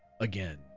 again